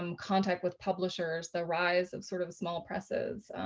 um contact with publishers, the rise of sort of small presses